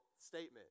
statement